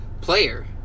player